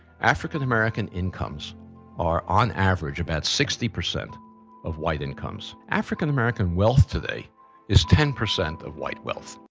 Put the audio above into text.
african american incomes are, on average, about sixty percent of white incomes. african american wealth today is ten percent of white wealth.